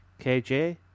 KJ